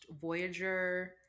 Voyager